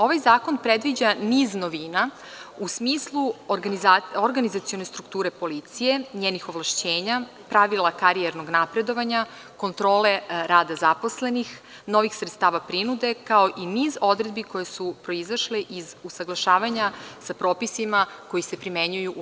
Ovaj zakon predviđa niz novina u smislu organizacione strukture policije, njenih ovlašćenja, pravila karijernog napredovanja, kontrole rada zaposlenih, novih sredstava prinude, kao i niz odredbi koje su proizašle iz usaglašavanja sa propisima koji se primenjuju u EU.